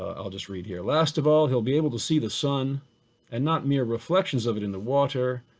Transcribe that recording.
ah i'll just read here, last of all, he'll be able to see the sun and not mere reflections of it in the water.